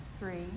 three